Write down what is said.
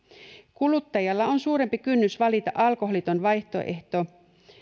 kuluttajalla on suurempi kynnys valita alkoholiton vaihtoehto